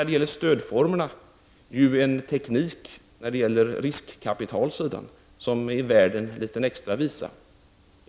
socialdemokraterna en teknik på riskkapitalsidan som är värd en extra visa.